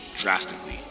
drastically